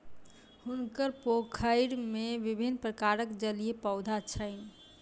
हुनकर पोखैर में विभिन्न प्रकारक जलीय पौधा छैन